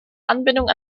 anbindung